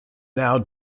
now